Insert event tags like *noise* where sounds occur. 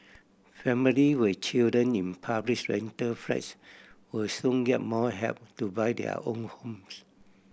family with children in *unintelligible* rental flats will soon get more help to buy their own homes